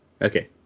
Okay